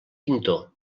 pintor